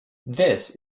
this